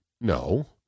No